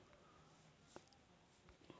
ಕರ್ನಾಟಕದಾಗ ಯಾವ ಗೋಧಿ ಹೈಬ್ರಿಡ್ ತಳಿ ಭಾಳ ಬಳಸ್ತಾರ ರೇ?